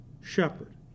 shepherd